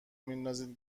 میندازین